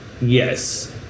Yes